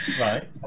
right